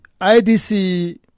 IDC